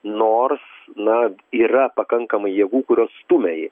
nors na yra pakankamai jėgų kurios stumia jį